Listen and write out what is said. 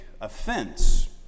offense